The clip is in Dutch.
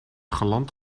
geland